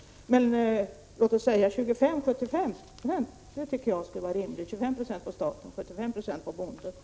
Låt oss säga en fördelning 25:75. Staten betalar 25 90 av kostnaderna och bonden 75 9260. Det tycker jag skulle vara rimligt.